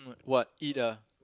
what eat ah